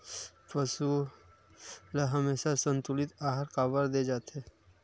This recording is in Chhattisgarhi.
पशुओं ल हमेशा संतुलित आहार काबर दे जाथे?